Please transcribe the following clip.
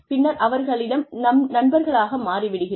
பின்னர் அவர்களின் நண்பர்களாக மாறி விடுகிறோம்